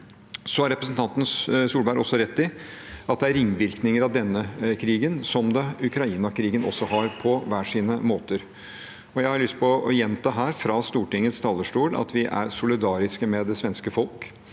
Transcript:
Så har representanten Solberg også rett i at det er ringvirkninger av denne krigen, som også Ukraina-krigen har, på hver sin måte. Jeg har lyst til å gjenta her fra Stortingets talerstol at vi står solidarisk med det svenske folk